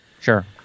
Sure